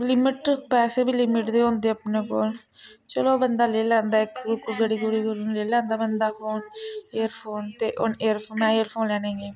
limit पैसे बी limit दे होंदे अपने कोल चलो बंदा लेई लैंदा इक घड़ी घुड़ी लेई लैंदा बंदा फोन एयरफोन ते में एयरफोन लैने ई गेई